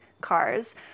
cars